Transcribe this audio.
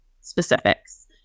specifics